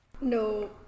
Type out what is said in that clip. No